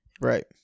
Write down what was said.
Right